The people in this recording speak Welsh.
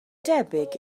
debyg